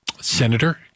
senator